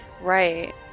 Right